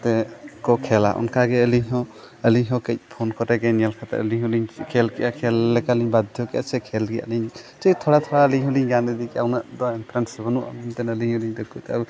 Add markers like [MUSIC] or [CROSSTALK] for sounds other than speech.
ᱛᱮ ᱠᱚ ᱠᱷᱮᱹᱞᱟ ᱚᱱᱟᱜᱮ ᱟᱹᱞᱤᱧ ᱦᱚᱸ ᱟᱹᱞᱤᱧ ᱦᱚᱸ ᱠᱟᱹᱡ ᱯᱷᱳᱱ ᱠᱚᱨᱮ ᱜᱮ ᱧᱮᱞ ᱠᱟᱛᱮᱫ ᱟᱹᱞᱤᱧ ᱦᱚᱸᱞᱤᱧ ᱠᱷᱮᱹᱞ ᱠᱮᱭᱟ ᱠᱷᱮᱹᱞ ᱞᱮᱠᱟ ᱞᱤᱧ ᱵᱟᱫᱽᱫᱷᱚ ᱠᱮᱜᱼᱟ ᱥᱮ ᱠᱷᱮᱹᱞ ᱨᱮᱭᱟᱜ ᱞᱤᱧ ᱪᱮᱫ ᱛᱷᱚᱲᱟ ᱛᱷᱚᱲᱟ ᱟᱹᱞᱤᱧ ᱦᱚᱸᱞᱤᱧ ᱜᱟᱱ ᱤᱫᱤ ᱠᱮᱜᱼᱟ ᱩᱱᱟᱹᱜ ᱫᱚ ᱤᱱᱴᱟᱨᱮᱹᱥᱴ ᱵᱟᱹᱱᱩᱜᱼᱟ [UNINTELLIGIBLE]